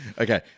Okay